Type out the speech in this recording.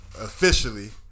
officially